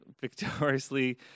victoriously